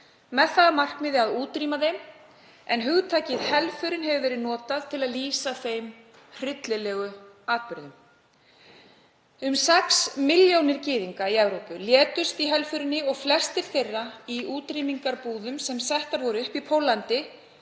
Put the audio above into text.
það að markmiði að útrýma þeim, en hugtakið helförin hefur verið notað til að lýsa þeim atburðum. Um 6 milljónir gyðinga í Evrópu létust í helförinni og flestir þeirra í útrýmingarbúðum sem settar voru upp í Póllandi,